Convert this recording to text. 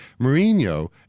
Mourinho